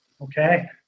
okay